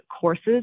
courses